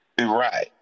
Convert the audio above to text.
Right